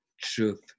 truth